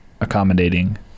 accommodating